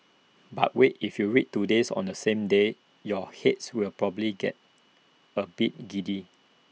but wait if you read Todays on the same day your heads will probably get A bit giddy